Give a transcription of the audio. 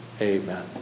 Amen